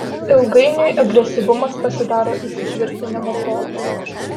ilgainiui agresyvumas pasidaro įsitvirtinimo forma